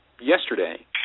yesterday